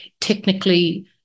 technically